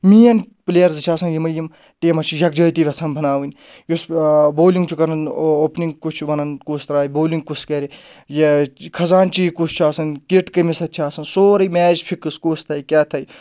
main players چھِ آسان یِمے یِم ٹیٖمَن چھِ یَکجٲتی یَژھان بَناوٕنۍ یُس بولِنٛگ چھُ کران اوپنِنٛگ کُس چھُ وَنان کُس ترٛاے بولِنٛگ کُس کَرِ یہِ کھَزان چی کُس چھُ آسان کِٹ کٔمِس اَتھۍ چھِ آسان سورُے میچ فِکٕس کُس تھاوِ کیاہ تھاوِ